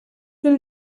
will